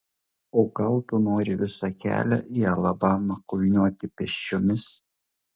o gal tu nori visą kelią į alabamą kulniuoti pėsčiomis